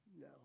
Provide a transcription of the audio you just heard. No